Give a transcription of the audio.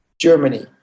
Germany